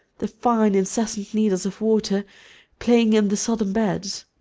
the fine incessant needles of water playing in the sodden beds.